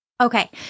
Okay